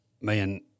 man